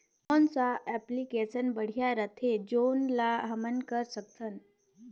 कौन सा एप्लिकेशन बढ़िया रथे जोन ल हमन कर सकथन?